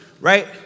right